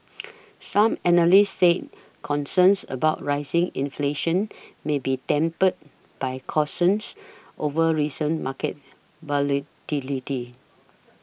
some analysts said concerns about rising inflation may be tempered by cautions over recent market volatility